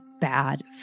bad